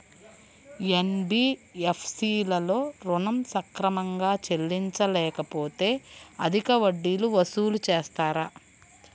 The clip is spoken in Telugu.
ఎన్.బీ.ఎఫ్.సి లలో ఋణం సక్రమంగా చెల్లించలేకపోతె అధిక వడ్డీలు వసూలు చేస్తారా?